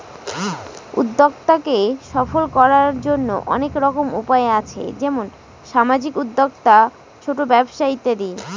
উদ্যক্তাকে সফল করার জন্য অনেক রকম উপায় আছে যেমন সামাজিক উদ্যোক্তা, ছোট ব্যবসা ইত্যাদি